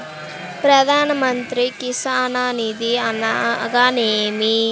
ప్రధాన మంత్రి కిసాన్ నిధి అనగా నేమి?